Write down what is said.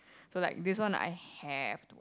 so like this one I have